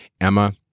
Emma